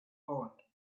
pond